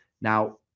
Now